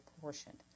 portion